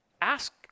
Ask